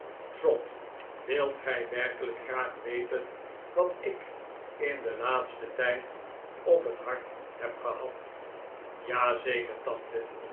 trot wilt gij werkelijk graag weten wat ik in den laatsten tijd op het hart heb gehad ja zeker tante